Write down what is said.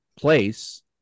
place